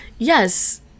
Yes